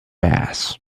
bass